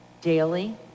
daily